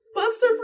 Monster